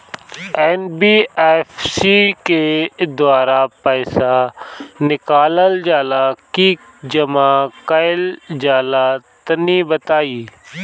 NBFC के द्वारा पईसा निकालल जला की जमा कइल जला तनि बताई?